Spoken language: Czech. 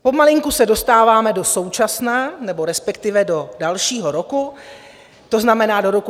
Pomalinku se dostáváme do současna, respektive do dalšího roku, to znamená do roku 2018.